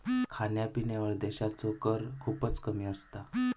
खाण्यापिण्यावर देशाचो कर खूपच कमी असता